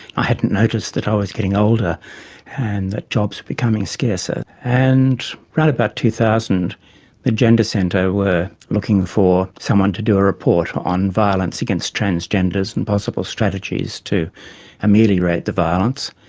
i hadn't noticed that i was getting older and that jobs were becoming scarcer. and round about two thousand the gender centre were looking for someone to do a report on violence against transgenders and possible strategies to ameliorate the violence.